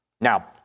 Now